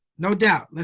no doubt.